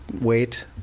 wait